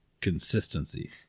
consistency